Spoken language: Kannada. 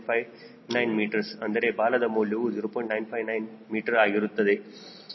959 ಆಗುತ್ತದೆ